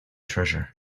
treasure